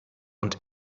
und